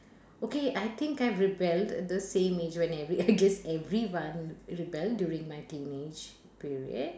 okay I think I've rebelled th~ the same age when every I guess everyone rebel during my teenage period